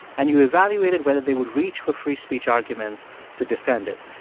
and you evaluated whether they would reach for free speech arguments to defend it.